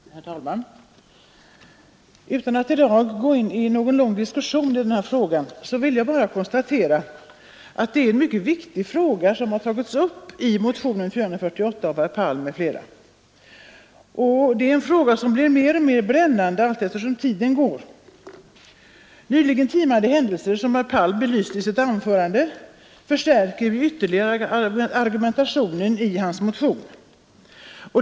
Herr talman! Utan att i dag gå in i någon lång diskussion i denna fråga vill jag bara konstatera att det spörsmål som tagits upp i motionen 448 av herr Palm m.fl. är mycket viktigt. Det är något som blir mer och mer brännande allteftersom tiden går. Nyligen timade händelser, som herr Palm belyste i sitt anförande, förstärker ytterligare argumentationen i hans motion.